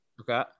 Okay